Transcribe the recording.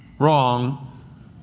wrong